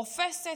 רופסת,